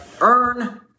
earn